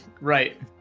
right